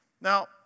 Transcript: Now